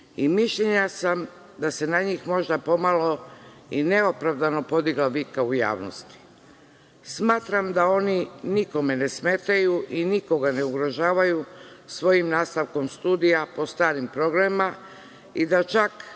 i mišljenja sam da se na njih možda pomalo i neopravdano podigla vika u javnosti. Smatram da oni nikome ne smetaju i nikoga ne ugrožavaju svojim nastavkom studija po starim programima i da čak